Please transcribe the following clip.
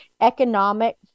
economic